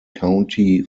county